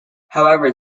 however